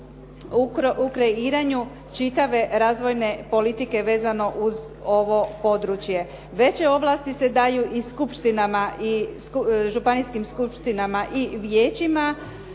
u kreiranju čitave razvojne politike vezano uz ovo područje. Veće ovlasti se daju i skupštinama i županijskim skupštinama i vijećima